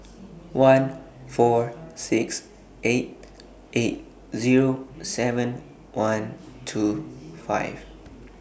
one four six eight eight Zero seven one two five